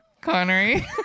Connery